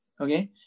Okay